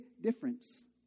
difference